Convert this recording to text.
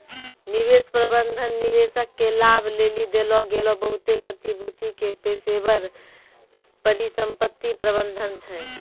निवेश प्रबंधन निवेशक के लाभ लेली देलो गेलो बहुते प्रतिभूति के पेशेबर परिसंपत्ति प्रबंधन छै